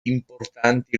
importanti